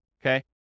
okay